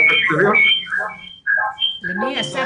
אסף,